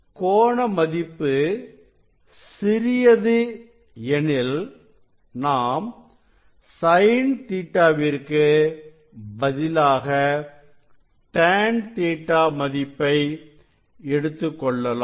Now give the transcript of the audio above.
கோண மதிப்பு சிறியது எனில் நாம் sin Ɵ விற்கு பதிலாக tan Ɵ மதிப்பை எடுத்துக்கொள்ளலாம்